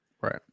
Right